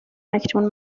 اکنون